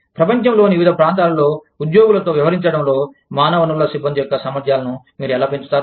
ప్రపంచంలోని వివిధ ప్రాంతాలలో ఉద్యోగులతో వ్యవహరించడంలో మానవ వనరుల సిబ్బంది యొక్క సామర్థ్యాలను మీరు ఎలా పెంచుతారు